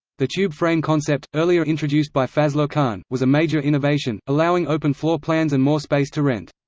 the tube-frame concept, earlier introduced by fazlur khan, was a major innovation, allowing open floor plans and more space to rent.